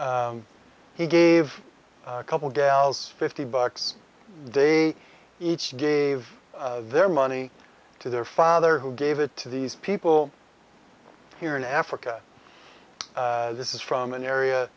he gave a couple gals fifty bucks they each gave their money to their father who gave it to these people here in africa this is from an area